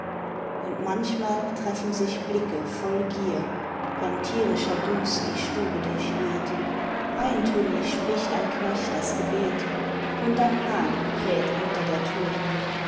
und manchmal treffen sich blicke voll gier wenn tierischer dunst die stube durchweht eintönig spricht ein knecht das gebet und ein hahn kräht unter der tür